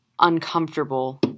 uncomfortable